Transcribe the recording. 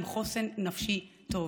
עם חוסן נפשי טוב.